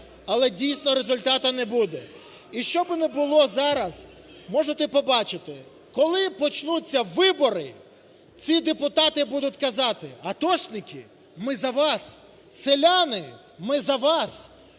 але дійсно результату не буде. І що би не було зараз, можете побачити, коли почнуться вибори, ці депутати будуть казати: "Атошники, ми за вас! Селяни, ми за вас!